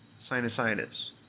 sinusitis